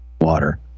water